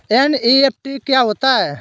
NEFT क्या होता है?